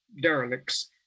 derelicts